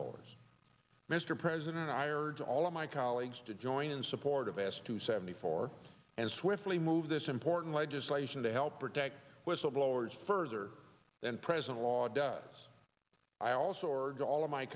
blowers mr president i urge all of my colleagues to join in support of asked to seventy four and swiftly move this important legislation to help protect whistleblowers further than present law does i also ordered all of my